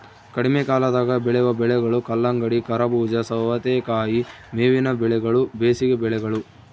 ಕಡಿಮೆಕಾಲದಾಗ ಬೆಳೆವ ಬೆಳೆಗಳು ಕಲ್ಲಂಗಡಿ, ಕರಬೂಜ, ಸವತೇಕಾಯಿ ಮೇವಿನ ಬೆಳೆಗಳು ಬೇಸಿಗೆ ಬೆಳೆಗಳು